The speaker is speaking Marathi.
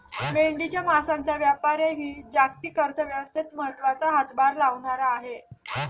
मेंढ्यांच्या मांसाचा व्यापारही जागतिक अर्थव्यवस्थेत महत्त्वाचा हातभार लावणारा आहे